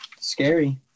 scary